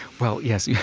well, yes.